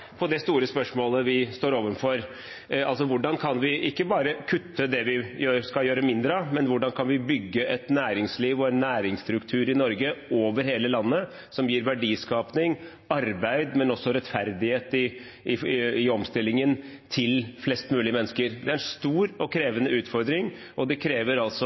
på det store spørsmålet vi står overfor: Hvordan kan vi ikke bare kutte det vi skal gjøre mindre av, men hvordan kan vi bygge et næringsliv og en næringsstruktur i Norge, over hele landet, som gir verdiskaping, arbeid og også rettferdighet i omstillingen til flest mulig mennesker? Det er en stor og krevende utfordring og krever